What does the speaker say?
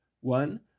One